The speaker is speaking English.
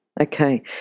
Okay